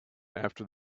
after